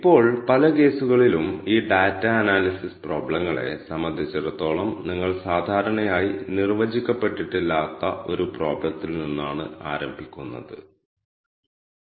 ആദ്യം കേസ് സ്റ്റഡിയുടെ പ്രോബ്ലം സ്റ്റേറ്റ് മെന്റിൽനിന്ന് നിന്ന് തുടങ്ങാം തുടർന്ന് ആർ ഉപയോഗിച്ച് കേസ് പഠനം എങ്ങനെ പരിഹരിക്കാം എന്ന നോക്കാം